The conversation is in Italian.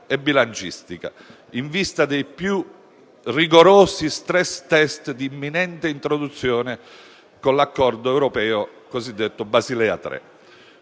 e bilancistica, in vista dei più rigorosi *stress test* di imminente introduzione con l'accordo europeo cosiddetto Basilea 3.